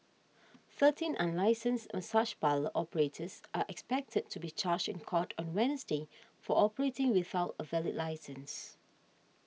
thirteen unlicensed massage parlour operators are expected to be charged in court on Wednesday for operating without a valid licence